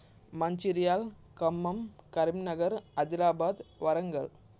Mancherial Khammam Karimnagar Adilabad Warangal